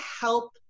help